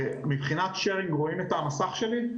אתם רואים את המסך שלי?